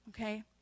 Okay